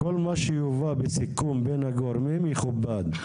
כל מה שיובא בסיכום בין הגורמים יכובד.